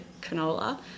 canola